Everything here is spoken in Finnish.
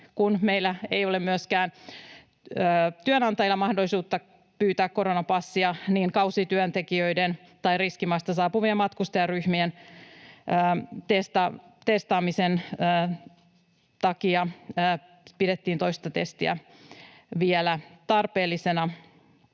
meillä ei ole työnantajalla mahdollisuutta pyytää koronapassia, niin kausityöntekijöiden tai riskimaista saapuvien matkustajaryhmien testaamisen takia pidettiin toista testiä vielä tarpeellisena.